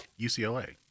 UCLA